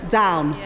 down